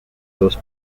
dos